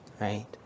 right